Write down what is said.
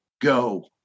go